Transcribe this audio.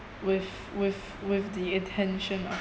with with with the attention of